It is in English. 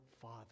father